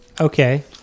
Okay